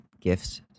gifts